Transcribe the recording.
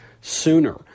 sooner